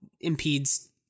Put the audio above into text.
impedes